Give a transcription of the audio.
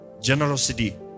generosity